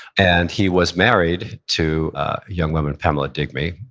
and he was married to a young woman, pamela digby,